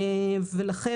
לכן,